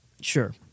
Sure